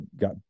got